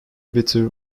bitter